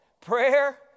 Prayer